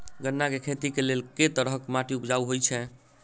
गन्ना केँ खेती केँ लेल केँ तरहक माटि उपजाउ होइ छै?